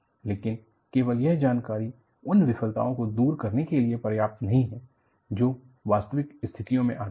लेकिन केवल यह जानकारी उन विफलताओं को दूर करने के लिए पर्याप्त नहीं है जो वास्तविक स्थितियों में आती हैं